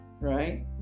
right